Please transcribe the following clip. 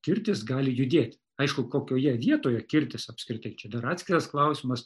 kirtis gali judėti aišku kokioje vietoje kirtis apskritai čia dar atskiras klausimas